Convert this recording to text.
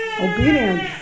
Obedience